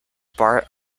part